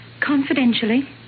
Confidentially